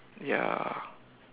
ya